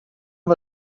war